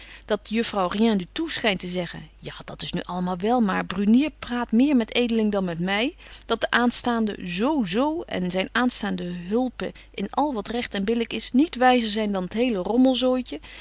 dat juffrouw rien du tout schynt te zeggen ja dat is nu allemaal wel maar brunier praat meer met edeling dan met my dat de aanstaande z z en zyn aanstaande hulpe in al wat recht en billyk is niet wyzer zyn dan t hele